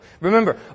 Remember